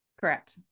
Correct